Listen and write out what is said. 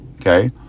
Okay